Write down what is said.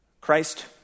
Christ